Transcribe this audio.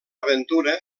aventura